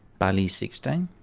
bailey's sixteen.